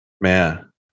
Man